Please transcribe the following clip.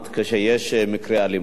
כשיש מקרי אלימות,